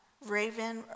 raven